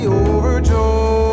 overjoyed